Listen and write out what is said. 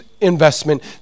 investment